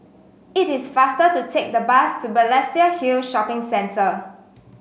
it is faster to take the bus to Balestier Hill Shopping Centre